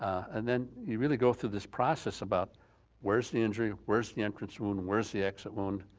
and then you really go through this process about where's the injury, where's the entrance wound, where's the exit wound,